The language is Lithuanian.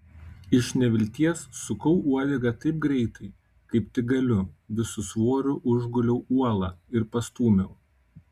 iš nevilties sukau uodegą taip greitai kaip tik galiu visu svoriu užguliau uolą ir pastūmiau